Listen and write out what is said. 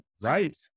Right